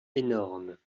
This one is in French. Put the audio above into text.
énormes